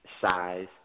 size